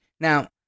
Now